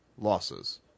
losses